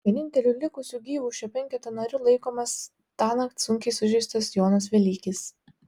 vieninteliu likusiu gyvu šio penketo nariu laikomas tąnakt sunkiai sužeistas jonas velykis